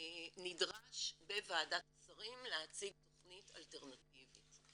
נדרש בוועדת השרים להציג תכנית אלטרנטיבית.